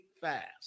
fast